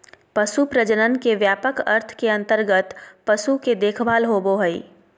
पशु प्रजनन के व्यापक अर्थ के अंतर्गत पशु के देखभाल होबो हइ